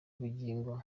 bugingo